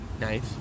Nice